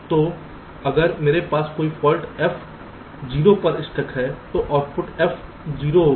तो अगर मेरे पास कोई फॉल्ट F 0 पर स्टक है तो आउटपुट F 0 होगा